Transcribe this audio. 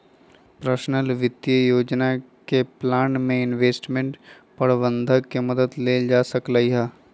personal वित्तीय योजना के प्लान में इंवेस्टमेंट परबंधक के मदद लेल जा सकलई ह